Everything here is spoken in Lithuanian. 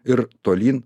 ir tolyn